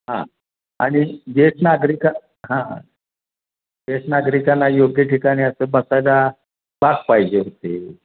हां आणि जेष्ठ नागरिका हां जेष्ठ नागरिकांना योग्य ठिकाणी असं बसायला बाक पाहिजे होते